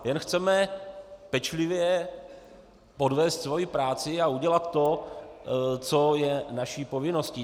Jen chceme pečlivě odvést svoji práci a udělat to, co je naší povinností.